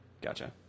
Gotcha